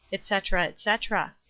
etc. etc.